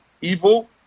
evil